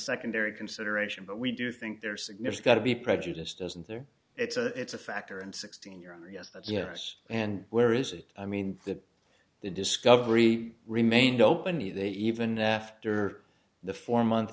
secondary consideration but we do think their signature got to be prejudiced doesn't there it's a it's a factor and sixteen your honor yes yes and where is it i mean that the discovery remained openly that even after the four month